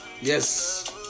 Yes